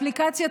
אפליקציית